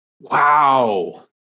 Wow